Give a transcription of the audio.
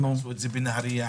בנהרייה,